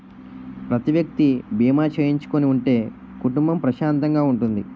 ప్రతి వ్యక్తి బీమా చేయించుకుని ఉంటే కుటుంబం ప్రశాంతంగా ఉంటుంది